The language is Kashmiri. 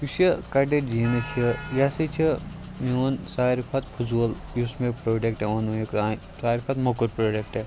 یُس یہِ کَٹِڈ جیٖنٕز چھُ یہِ ہَسا چھُ میٛون ساروٕے کھۄتہٕ فضوٗل یُس مےٚ پرٛوڈَکٹہٕ اوٚن وُنیٛک تانۍ ساروٕے کھۄتہٕ موٚکُر پرٛوڈَکٹہٕ